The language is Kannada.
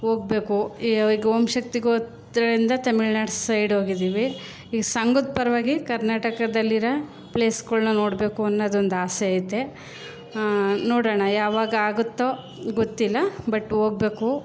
ಹೋಗ್ಬೇಕು ಈಗ ಓಮ್ ಶಕ್ತಿಗೆ ಹೋದ್ರಿಂದ ತಮಿಳ್ನಾಡು ಸೈಡ್ ಹೋಗಿದ್ದೀವಿ ಈ ಸಂಘದ ಪರವಾಗಿ ಕರ್ನಾಟಕದಲ್ಲಿರೋ ಪ್ಲೇಸ್ಗಳನ್ನ ನೋಡಬೇಕು ಅನ್ನೋದೊಂದು ಆಸೆ ಐತೆ ನೋಡೋಣ ಯಾವಾಗ ಆಗುತ್ತೋ ಗೊತ್ತಿಲ್ಲ ಬಟ್ ಹೋಗ್ಬೇಕು